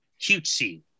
cutesy